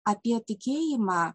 apie tikėjimą